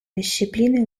discipline